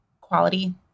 quality